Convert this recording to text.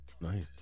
nice